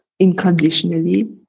unconditionally